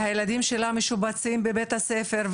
והילדים שלה משובצים בבית הספר,